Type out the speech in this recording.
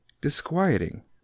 disquieting